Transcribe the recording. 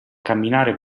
camminare